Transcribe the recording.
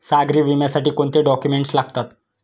सागरी विम्यासाठी कोणते डॉक्युमेंट्स लागतात?